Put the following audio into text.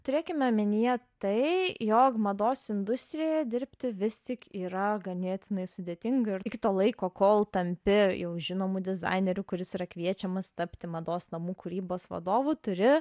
turėkime omenyje tai jog mados industrijoje dirbti vis tik yra ganėtinai sudėtinga ir iki to laiko kol tampi jau žinomu dizaineriu kuris yra kviečiamas tapti mados namų kūrybos vadovu turi